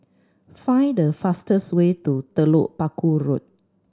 find the fastest way to Telok Paku Road